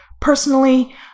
personally